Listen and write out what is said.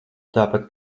tāpat